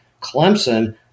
Clemson